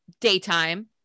daytime